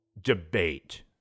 debate